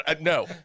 No